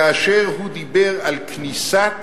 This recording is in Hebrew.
כאשר הוא דיבר על כניסת